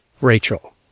Rachel